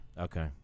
okay